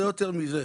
לא יותר מזה,